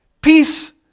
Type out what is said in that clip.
Peace